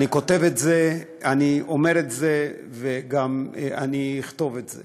אני אומר את זה ואני גם אכתוב את זה.